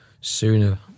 sooner